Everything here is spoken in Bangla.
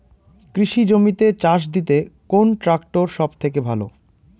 কৃষি জমিতে চাষ দিতে কোন ট্রাক্টর সবথেকে ভালো?